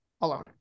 alone